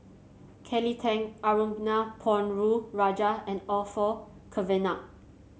Kelly Tang Arumugam Ponnu Rajah and Orfeur Cavenagh